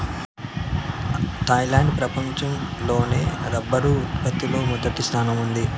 Thailand ప్రపంచం లోనే rubber ఉత్పత్తి లో మొదటి స్థానంలో ఉంది